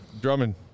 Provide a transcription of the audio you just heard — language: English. Drummond